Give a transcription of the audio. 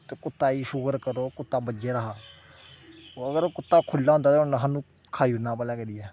ते कुत्ता अजें शुकर करो कुत्ता बज्झे दा हा ओह् अगर ओह् कुत्ता खु'ल्ला होंदा हा ते उन्नै सानूं खाई ओड़ना हा